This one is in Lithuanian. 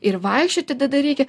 ir vaikščioti tada reikia